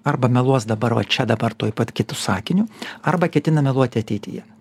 arba meluos dabar va čia dabar tuoj pat kitu sakiniu arba ketina meluoti ateityje